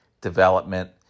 development